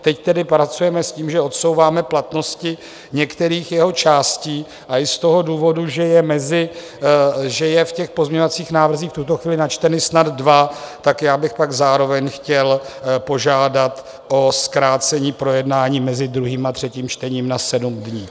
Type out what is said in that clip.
Teď tedy pracujeme s tím, že odsouváme platnosti některých jeho částí, a i z toho důvodu, že jsou v těch pozměňovacích návrzích v tuto chvíli načteny snad dva, tak já bych pak zároveň chtěl požádat o zkrácení projednání mezi druhým a třetím čtením na 7 dní.